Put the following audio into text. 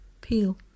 peel